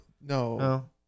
No